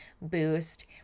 boost